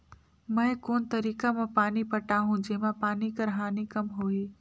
मैं कोन तरीका म पानी पटाहूं जेमा पानी कर हानि कम होही?